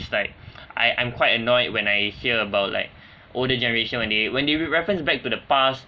it's like I I'm quite annoyed when I hear about like older generation when they when they reference back to the past